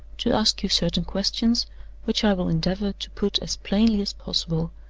to ask you certain questions which i will endeavor to put as plainly as possible,